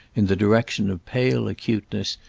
in the direction of pale acuteness,